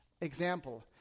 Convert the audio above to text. example